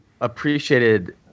Appreciated